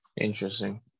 Interesting